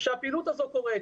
שהפעילות הזאת תקרה.